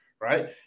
right